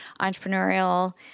entrepreneurial